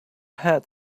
had